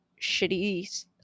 shitty